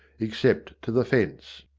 except to the fence.